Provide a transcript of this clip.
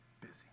busy